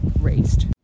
raised